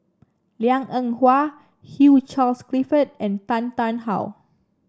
Liang Eng Hwa Hugh Charles Clifford and Tan Tarn How